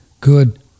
good